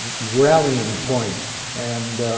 rallying point and